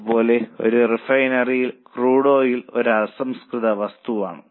അതുപോലെ ഒരു റിഫൈനറിയിൽ ക്രൂഡ് ഓയിൽ ഒരു അസംസ്കൃത വസ്തുവാണ്